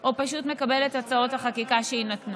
או פשוט מקבל את הצעות החקיקה שיינתנו.